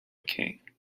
king